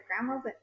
grandmas